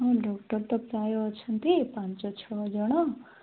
ହଁ ଡକ୍ଟର୍ ତ ପ୍ରାୟ ଅଛନ୍ତି ପାଞ୍ଚ ଛଅ ଜଣ